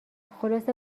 خلاصه